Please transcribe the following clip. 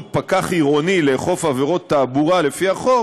פקח עירוני לאכוף עבירות תעבורה לפי החוק